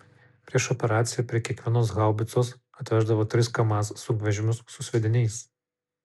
prieš operaciją prie kiekvienos haubicos atveždavo tris kamaz sunkvežimius su sviediniais